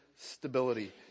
stability